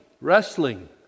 wrestling